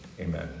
amen